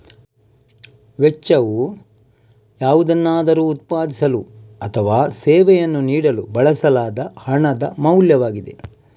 ವೆಚ್ಚವು ಯಾವುದನ್ನಾದರೂ ಉತ್ಪಾದಿಸಲು ಅಥವಾ ಸೇವೆಯನ್ನು ನೀಡಲು ಬಳಸಲಾದ ಹಣದ ಮೌಲ್ಯವಾಗಿದೆ